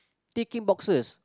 ticking boxes